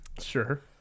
Sure